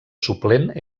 suplent